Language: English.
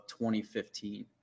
2015